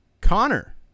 connor